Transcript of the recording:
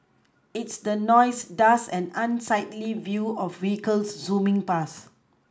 it's the noise dust and unsightly view of vehicles zooming past